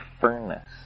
furnace